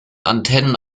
antennen